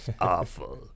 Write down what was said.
awful